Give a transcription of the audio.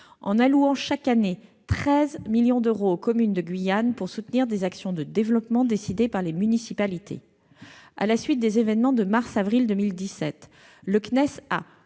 alloue chaque année 13 millions d'euros aux communes de Guyane pour soutenir des actions de développement décidées par les municipalités. À la suite des événements de mars et d'avril 2017, le CNES a